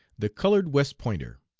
the colored west pointer.